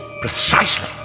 Precisely